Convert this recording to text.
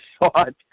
thought